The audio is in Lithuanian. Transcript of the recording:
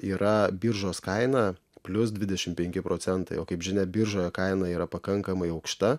yra biržos kaina plius dvidešimt penki procentai o kaip žinia biržoje kaina yra pakankamai aukšta